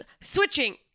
switching